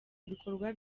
ibikorwa